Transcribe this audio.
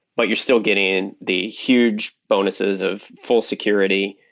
but you're still getting in the huge bonuses of full security,